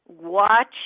Watch